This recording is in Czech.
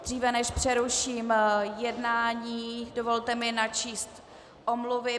Dříve než přeruším jednání, dovolte mi načíst omluvy.